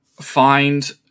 Find